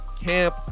camp